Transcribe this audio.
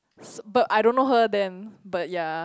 but I don't know her then but yea